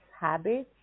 habits